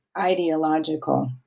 ideological